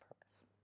purpose